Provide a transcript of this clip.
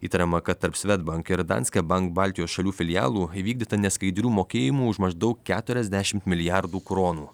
įtariama kad tarp swedbank ir danske bank baltijos šalių filialų įvykdyta neskaidrių mokėjimų už maždaug keturiasdešimt milijardų kronų